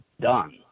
done